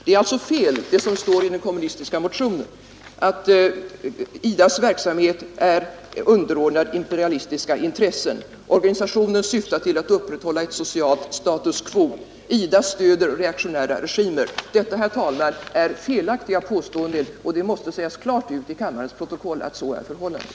Det är alltså fel som det står i den kommunistiska motionen, att IDA :s verksamhet är ”underordnad imperialistiska intressen”, att organisationen ”syftar till att upprätthålla ett socialt status quo” och att IDA ”stöder reaktionära regimer”. Detta, herr talman, är felaktiga påståenden, och det måste sägas klart ut till kammarens protokoll att så är förhållandet.